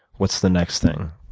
what's the next thing,